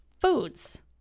foods